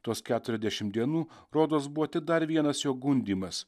tuos keturiadešim dienų rodos buvo ti dar vienas jo gundymas